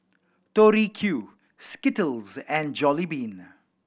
Tori Q Skittles and Jollibean